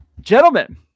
gentlemen